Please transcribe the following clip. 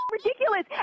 ridiculous